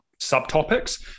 subtopics